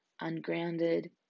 ungrounded